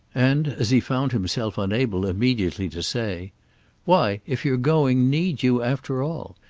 and as he found himself unable immediately to say why, if you're going, need you, after all?